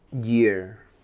year